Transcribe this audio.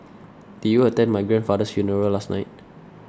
did you attend my grandfather's funeral last night